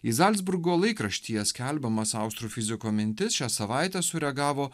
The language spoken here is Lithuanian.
į zalcburgo laikraštyje skelbiamas austrų fiziko mintis šią savaitę sureagavo